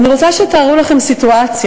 אני רוצה שתתארו לכם סיטואציה,